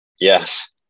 Yes